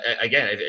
again